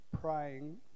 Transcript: praying